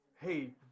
Hey